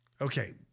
Okay